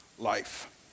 life